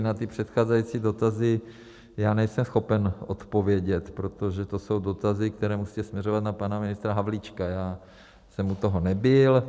Na předcházející dotazy nejsem schopen odpovědět, protože to jsou dotazy, které musíte směřovat na pana ministra Havlíčka, já jsem u toho nebyl.